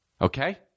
okay